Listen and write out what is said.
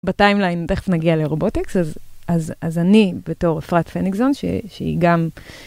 בטיימליין, תכף נגיע לרובוטקס, אז אני, בתור אפרת פניגזון, שהיא גם...